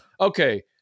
Okay